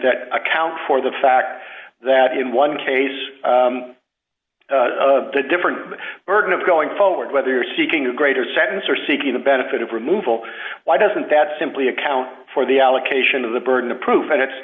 that account for the fact that in one case the different burden of going forward whether you're seeking a greater sentence or seeking a benefit of removal why doesn't that simply account for the allocation of the burden of proof and it's